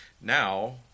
Now